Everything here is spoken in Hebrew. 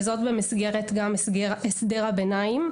וזאת גם במסגרת הסדר הביניים,